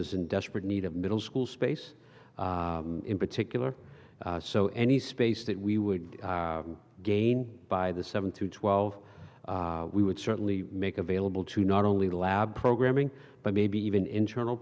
is in desperate need of middle school space in particular so any space that we would gain by the seven to twelve we would certainly make available to not only lab programming but maybe even internal